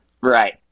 Right